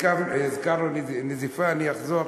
הזכרנו נזיפה, אני אחזור: